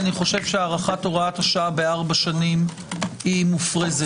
האחד, שהארכת הוראת השעה בארבע שנים היא מופרזת.